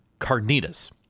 carnitas